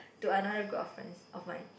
to another group of friends of mine